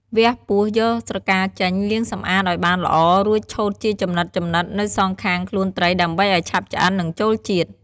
វះពោះ យកស្រកីចេញ លាងសម្អាតឲ្យបានល្អ រួចឆូតជាចំណិតៗនៅសងខាងខ្លួនត្រីដើម្បីឲ្យឆាប់ឆ្អិន និងចូលជាតិ។